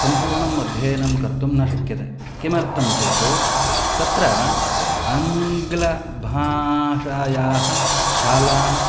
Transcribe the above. सम्पूर्णम् अध्ययनं कर्तुं न शक्यते किमर्थं चेत् तत्र आङ्ग्लभाषायाः शाला